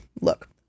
look